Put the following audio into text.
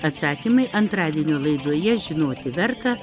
atsakymai antradienio laidoje žinoti verta